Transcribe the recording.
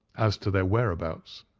as to their whereabouts.